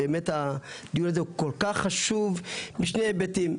באמת הדיון הזה הוא כל כך חשוב משני היבטים.